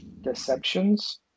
deceptions